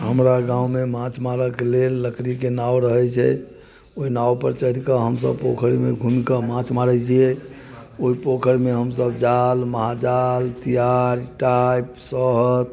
हमरा गाममे माछ मारैके लेल लकड़ीके नाव रहै छै ओहि नावपर चढ़िके हमसब पोखरिमे घुमिके माछ मारै छिए ओहि पोखरिमे हमसब जाल महाजाल तिआर टाप सहथ